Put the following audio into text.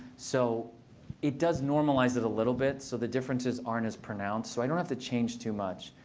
so it does normalize it a little bit. so the differences aren't as pronounced. so i don't have to change too much.